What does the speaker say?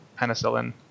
penicillin